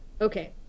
okay